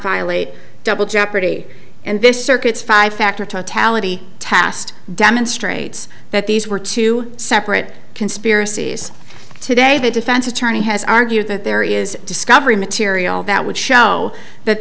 violate double jeopardy and this circuits five factor totality tast demonstrates that these were two separate conspiracies today the defense attorney has argued that there is discovery material that would show that